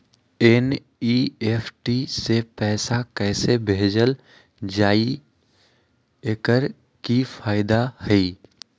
NEFT से पैसा कैसे भेजल जाइछइ? एकर की फायदा हई?